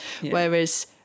whereas